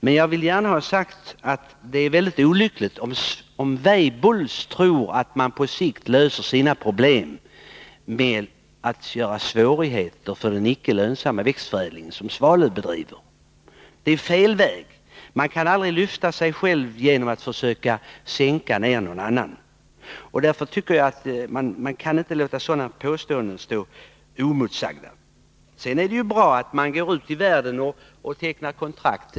Men jag tycker att det är olyckligt om Weibulls tror att man på sikt löser sina problem genom att göra svårigheter för den icke lönsamma växtförädling som Svalöfs bedriver. Det är fel väg. Man kan aldrig lyfta sig själv genom att sänka någon annan. Därför kan jag inte låta sådana påståenden stå oemotsagda. Det är bra att man går ut i världen och tecknar kontrakt.